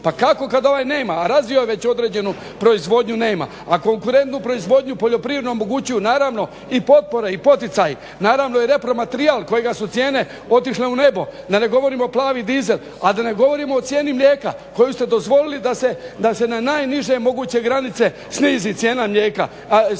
Pa kako kad nema, a razvio je već određenu proizvodnju, nema, a konkurentnu proizvodnju poljoprivrednu omogućuju naravno i potpore i poticaji, naravno i repromaterijal kojega su cijene otišle u nebo, da ne govorimo plavi dizel, a da ne govorimo o cijeni mlijeka koju ste dozvolili da se na najniže moguće granice snizi cijena mlijeka,